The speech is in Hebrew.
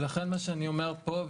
לכן מה שאני אומר פה,